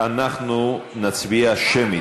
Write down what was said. אנחנו נצביע שמית.